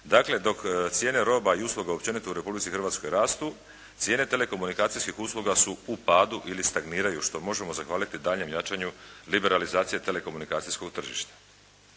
Dakle, dok cijene roba i usluga općenito u Republici Hrvatskoj rastu, cijene telekomunikacijskih usluga su u padu ili stagniraju, što možemo zahvaliti daljnjem jačanju liberalizacije telekomunikacijskog tržišta.